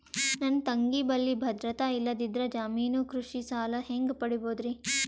ನನ್ನ ತಂಗಿ ಬಲ್ಲಿ ಭದ್ರತೆ ಇಲ್ಲದಿದ್ದರ, ಜಾಮೀನು ಕೃಷಿ ಸಾಲ ಹೆಂಗ ಪಡಿಬೋದರಿ?